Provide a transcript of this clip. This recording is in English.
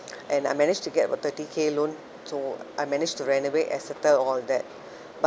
and I manage to get about a thirty K loan so I managed to renovate I settled all that but